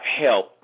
help